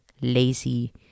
lazy